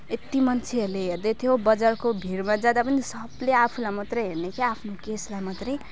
यति मान्छेहरूले हेर्दै थियो बजारको भिडमा जाँदा पनि सबले आफूलाई मात्र हेर्ने के आफ्नो केशलाई मात्र